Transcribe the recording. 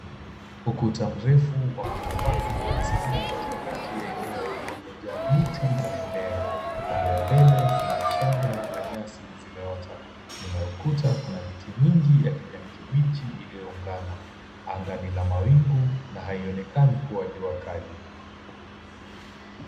Ukuta mrefu wa matofali uliokuwa umesimama katikati ya eneo lililojaa miti na mimea. Upande wa mbele, kuna mchanga na nyasi zimeota. Nyuma ya ukuta, kuna miti mingi ya kijani kibichi iliyoungana. Angani la mawingu haikuonekani kuwa jua kali.